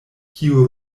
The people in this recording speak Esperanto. kiu